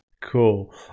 Cool